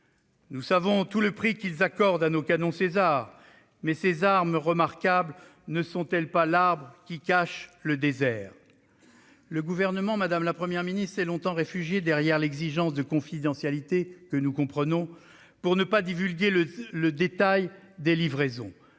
Nous savons tout le prix qu'ils accordent à nos canons Caesar, mais ces armes remarquables ne sont-elles pas l'arbre qui cache le désert ? Le Gouvernement, madame la Première ministre, s'est longtemps réfugié derrière l'exigence de confidentialité, que nous comprenons, pour ne pas divulguer le détail des livraisons.